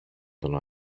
τον